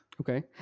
Okay